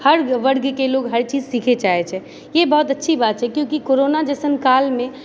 हर वर्गकेंँ लोग हरचीज सिखय चाहैछे यह बहुत अच्छी बात छै क्योंकि करोना जइसन कालमे